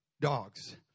dogs